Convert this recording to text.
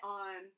on